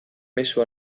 mezu